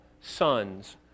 sons